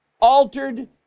altered